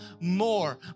more